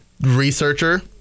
researcher